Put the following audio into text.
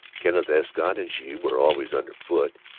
kenneth escott and she were always under foot.